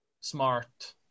smart